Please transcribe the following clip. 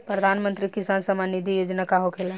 प्रधानमंत्री किसान सम्मान निधि योजना का होखेला?